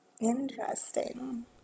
Interesting